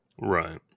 Right